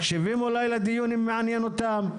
מקשיבים אולי לדיון אם זה מעניין אותם.